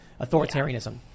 authoritarianism